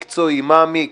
מקצועי ומעמיק,